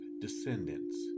descendants